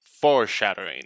foreshadowing